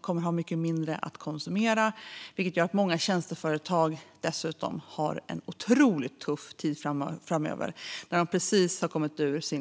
kommer att ha mycket mindre kvar att konsumera för, vilket gör att många tjänsteföretag får en otroligt tuff tid framöver, nu när de precis har kommit ur covidkrisen.